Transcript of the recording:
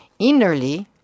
innerly